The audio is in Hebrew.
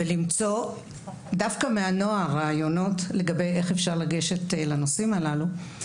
ולמצוא דווקא מהנוער רעיונות לגבי איך אפשר לגשת לנושאים הללו.